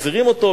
מחזירים אותו,